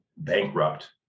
bankrupt